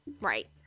Right